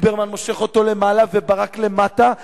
ליברמן מושך אותו למעלה וברק למטה.